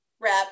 rep